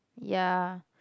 ya